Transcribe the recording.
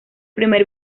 primer